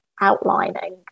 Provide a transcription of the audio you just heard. outlining